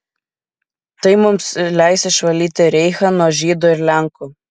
tai mums leis išvalyti reichą nuo žydų ir lenkų